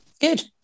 Good